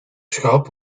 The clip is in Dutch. schaap